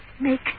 Make